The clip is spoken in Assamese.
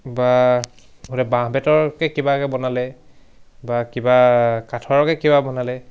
বা গতিকে বাঁহ বেতৰকে কিবাকৈ বনালে বা কিবা কাঠৰকে কিবা বনালে